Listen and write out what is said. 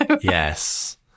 Yes